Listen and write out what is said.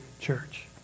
church